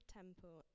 temple